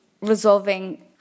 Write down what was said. resolving